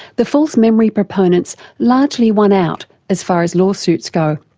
the false memory proponents largely won out as far as law suits go.